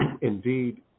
Indeed